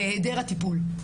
זה העדר הטיפול.